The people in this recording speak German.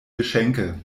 geschenke